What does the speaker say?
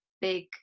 big